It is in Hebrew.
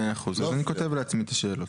מאה אחוז, אז אני כותב לעצמי את השאלות.